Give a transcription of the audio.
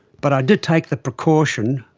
but i did take the precaution,